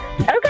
Okay